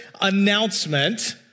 announcement